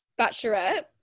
bachelorette